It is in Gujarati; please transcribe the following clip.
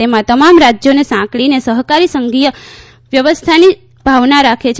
તેમાં તમામ રાજ્યોને સાંકળીને સહકારી સંધીય વ્યવસ્થાની ભાવના રાખે છે